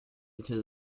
into